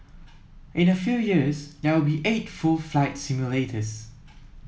in a few years there will be eight full flight simulators